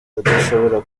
adashobora